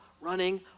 running